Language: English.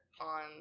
on